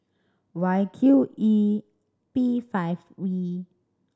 Y Q E B five V